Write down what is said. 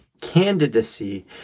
candidacy